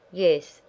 yes,